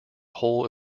whole